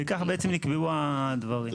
וכך בעצם נקבעו הדברים.